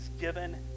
given